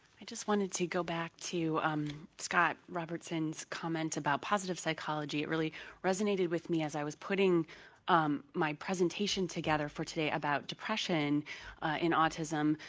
i just wanted to go back to um scott robertson's comment about positive psychology, it really resonated with me as i was putting um my presentation together for today about depression in autism,